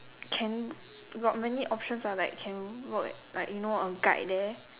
can got many options ah like can work like you know a guide there